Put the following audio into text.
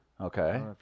Okay